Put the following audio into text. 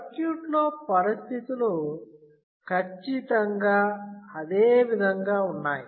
circuit లో పరిస్థితులు ఖచ్చితంగా అదే విధంగా ఉన్నాయి